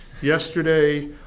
Yesterday